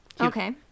Okay